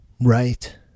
Right